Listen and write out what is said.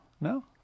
no